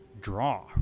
draw